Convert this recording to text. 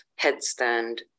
headstand